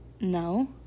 No